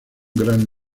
gran